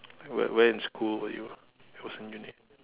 like wh~ where in school were you it was in uni